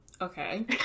Okay